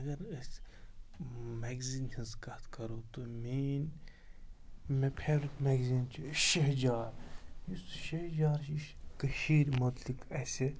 اگر أسۍ میگزیٖن ہِنٛز کَتھ کَرو تہٕ مین مےٚ فیورِٹ میگزیٖن چھِ شہجار یُس شہجار چھُ یہِ چھُ کٔشیٖر مُتعلِق اَسہِ